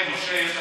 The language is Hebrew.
משה,